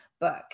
book